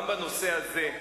גם בנושא הזה,